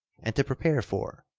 and to prepare for,